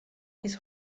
his